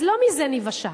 אז לא מזה ניוושע.